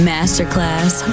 Masterclass